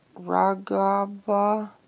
Ragaba